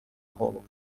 голову